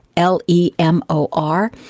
L-E-M-O-R